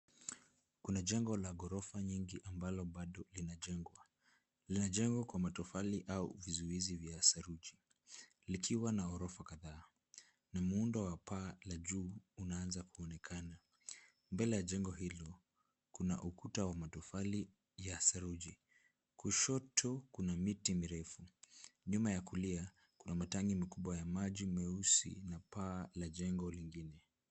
Kuna jengo la ghorofa nyingi ambalo bado inajengwa, linajengwa kwa matofali au vizuizi vya saruji, likiwa na ghorofa kadhaa. Na muundo wa paa la juu unaanza kuonekana. Mbele ya jengo hilo kuna ukuta wa matofali ya saruji. Kushoto kuna miti mirefu. Nyuma ya kulia kuna matangi makubwa ya maji meusi na paa la jengo lingine.